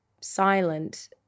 silent